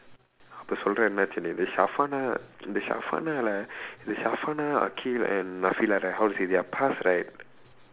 அப்ப சொல்லுற என்ன ஆச்சுன்னு இந்த:appa sollura enna aachsunnu indtha இந்த:indtha இந்த:indtha akhil and right how to say that the past right